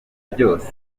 byose